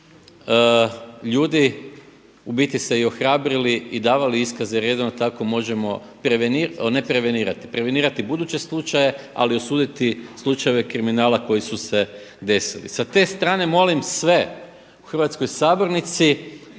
ljudi u biti se ohrabrili i davali iskaze, jer jedino tako možemo, ne prevenirati, prevenirati buduće slučaje, ali osuditi slučajeve kriminala koji su se desili. Sa te strane molim sve u hrvatskoj sabornici